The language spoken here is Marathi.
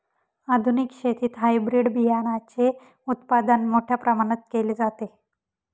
आधुनिक शेतीत हायब्रिड बियाणाचे उत्पादन मोठ्या प्रमाणात केले जाते